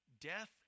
Death